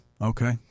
okay